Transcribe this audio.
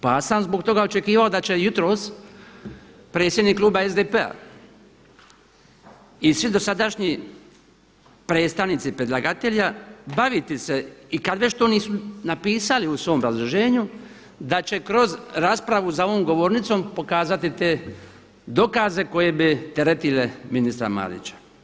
Pa sam zbog toga očekivao da će jutros predsjednik kluba SDP-a i svi dosadašnji predstavnici predlagatelja baviti se i kada već to nisu napisali u svom obrazloženju, da će kroz raspravu za ovom govornicom pokazati te dokaze koji bi teretile ministra Marića.